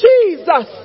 Jesus